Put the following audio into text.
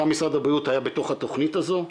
גם משרד הבריאות היה בתוכנית הזהו,